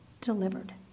delivered